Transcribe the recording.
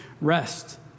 rest